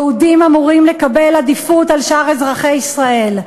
יהודים אמורים לקבל עדיפות על שאר אזרחי ישראל.